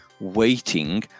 waiting